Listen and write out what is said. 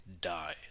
die